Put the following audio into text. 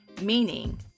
meaning